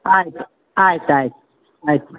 ಆಯಿತು ಆಯ್ತು ಆಯ್ತು ಆಯ್ತು ಮೇಡಮ್